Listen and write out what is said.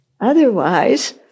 Otherwise